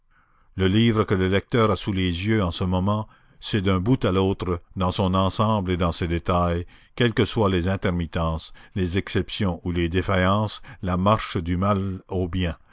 le livre que le lecteur a sous les yeux en ce moment c'est d'un bout à l'autre dans son ensemble et dans ses détails quelles que soient les intermittences les exceptions ou les défaillances la marche du mal au bien